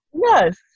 Yes